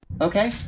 okay